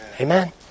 Amen